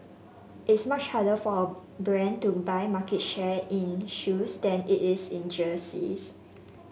it's much harder for a brand to buy market share in shoes than it is in jerseys